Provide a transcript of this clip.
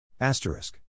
Asterisk